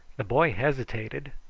the boy hesitated,